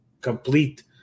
complete